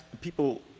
people